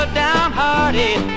downhearted